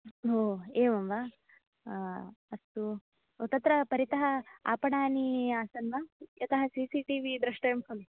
ओ एवम् वा अस्तु तत्र परितः आपणानि आसन् वा यतः सिसिटिवि दृष्टव्यं खलु